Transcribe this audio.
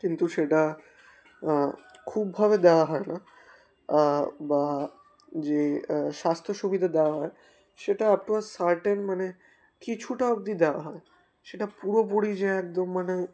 কিন্তু সেটা খুবভাবে দেওয়া হয় না বা যে স্বাস্থ্য সুবিধা দেওয়া হয় সেটা আপ টু আ সার্টেন মানে কিছুটা অবধি দেওয়া হয় সেটা পুরোপুরি যে একদম মানে